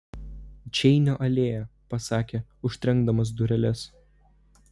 čeinio alėja pasakė užtrenkdamas dureles